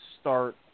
start